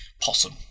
Possum